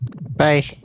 bye